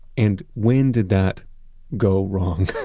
and when did that go wrong?